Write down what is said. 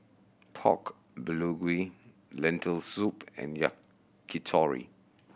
Pork Bulgogi Lentil Soup and Yakitori